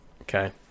Okay